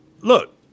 look